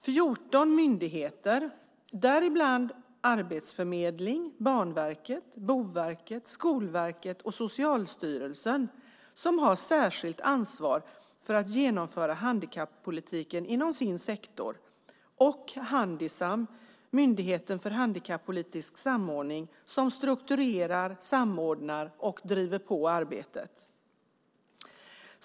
14 myndigheter - däribland Arbetsförmedlingen, Banverket, Boverket, Skolverket och Socialstyrelsen, som har särskilt ansvar för att genomföra handikappolitiken i sin sektor, och Handisam, Myndigheten för handikappolitisk samordning, som strukturerar - samordnar och driver på arbetet.